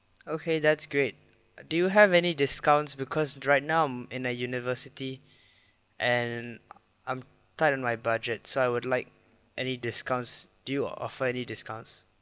okay that's great do you have any discounts because right now I'm in a university and I'm tight on my budget so I would like any discounts do you offer any discounts